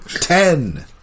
ten